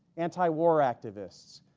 anti-war activists,